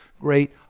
great